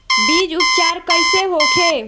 बीज उपचार कइसे होखे?